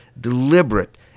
deliberate